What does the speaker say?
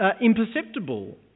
imperceptible